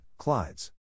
Clydes